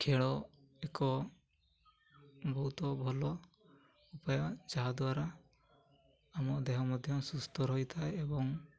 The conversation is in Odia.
ଖେଳ ଏକ ବହୁତ ଭଲ ଉପାୟ ଯାହାଦ୍ୱାରା ଆମ ଦେହ ମଧ୍ୟ ସୁସ୍ଥ ରହିଥାଏ ଏବଂ